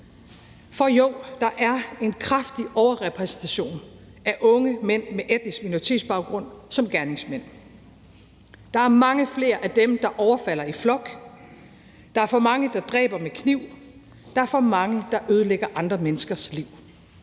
For jo, der er en kraftig overrepræsentation af unge mænd med etnisk minoritetsbaggrund som gerningsmænd. Der er mange flere af dem, der overfalder i flok. Der er for mange, der dræber med kniv. Der er for mange, der ødelægger andre menneskers liv.